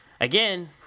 again